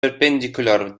perpendicular